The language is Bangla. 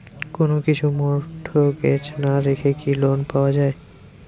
কোন কিছু মর্টগেজ না রেখে কি লোন পাওয়া য়ায়?